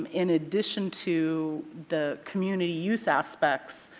um in addition to the community use aspects,